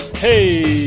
hey,